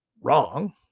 wrong